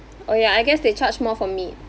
oh ya I guess they charge more for meat